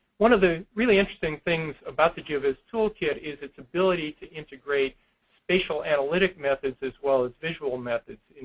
one of the really interesting things about the geoviz toolkit is its ability to integrate spatial, analytic methods as well as visual methods.